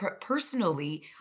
personally